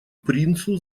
принцу